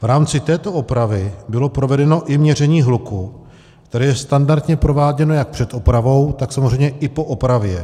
V rámci této opravy bylo provedeno i měření hluku, které je standardně prováděno jak před opravou, tak samozřejmě i po opravě.